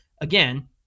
again